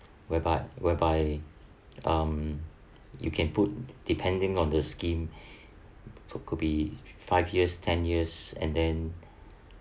whereby whereby um you can put depending on the scheme for could be five years ten years and then